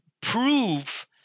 prove